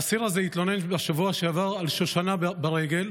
האסיר הזה התלונן בשבוע שעבר על שושנה ברגל.